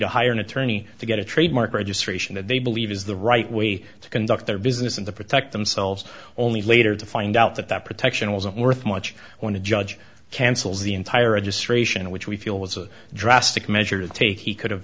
to hire an attorney to get a trademark registration that they believe is the right way to conduct their business and to protect themselves only later to find out that that protection wasn't worth much when a judge cancels the entire i just ration which we feel was a drastic measure to take he could have